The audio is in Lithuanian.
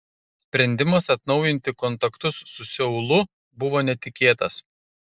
sprendimas atnaujinti kontaktus su seulu buvo netikėtas